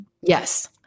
Yes